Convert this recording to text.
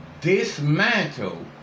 dismantle